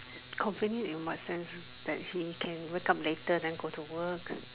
convenient in what sense that he can wake up later then go to work